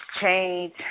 change